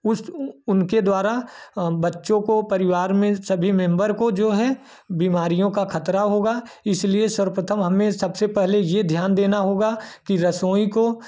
उस उनके द्वारा बच्चों को परिवार में सभी मेम्बर को जो है बीमारियों का ख़तरा होगा इसलिए सर्वप्रथम हमें सबसे पहले यह ध्यान देना होगा की रसोई को